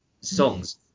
songs